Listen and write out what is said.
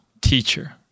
teacher